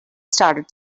started